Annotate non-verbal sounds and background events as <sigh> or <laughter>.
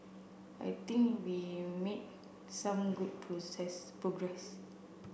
I think we made some good <unintelligible> progress